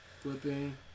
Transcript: flipping